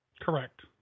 Correct